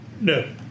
No